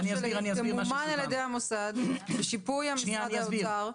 של האתר תמומן על ידי המוסד ושיפוי משרד האוצר,